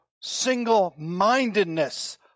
single-mindedness